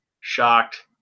shocked